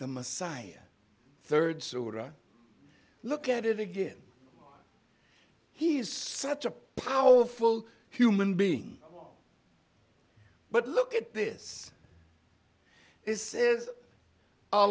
the messiah third zora look at it again he is such a powerful human being but look at this this is